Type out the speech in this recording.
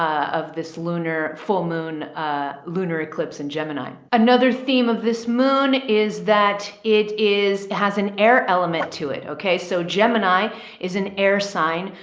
of this lunar full moon, a lunar eclipse in gemini. another theme of this moon is that it is, has an air element to it. okay. so gemini is an air sign,